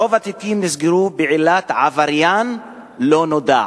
רוב התיקים נסגרו בעילת "עבריין לא נודע".